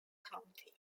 county